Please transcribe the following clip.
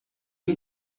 wie